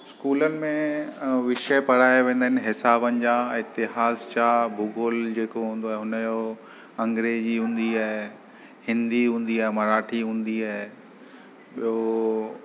स्कूलनि में विषय पढ़ाया वेंदा आहिनि हिसाबनि जा इतिहास जा भूगोल जेको हूंदो आहे हुनजो अंग्रेजी हूंदी आहे हिंदी हूंदी आहे मराठी हूंदी आहे ॿियो